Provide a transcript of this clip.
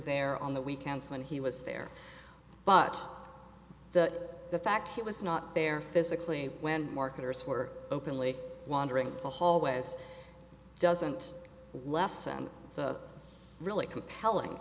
there on the weekends when he was there but that the fact he was not there physically when marketers who are openly wandering the hallways doesn't lessen the really compelling